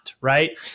right